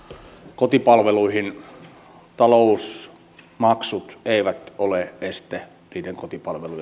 kotipalveluihin talousmaksut eivät ole este kotipalvelujen